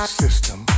system